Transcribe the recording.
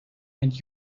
and